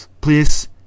please